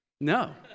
No